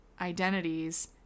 identities